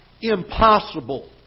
impossible